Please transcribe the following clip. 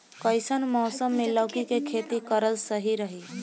कइसन मौसम मे लौकी के खेती करल सही रही?